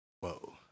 Whoa